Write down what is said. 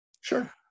Sure